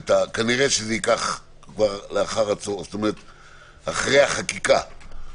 כנראה שזה יהיה אחרי החקיקה,